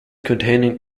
containing